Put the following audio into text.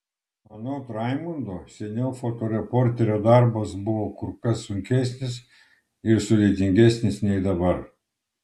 anot raimundo seniau fotoreporterio darbas buvo kur kas sunkesnis ir sudėtingesnis nei dabar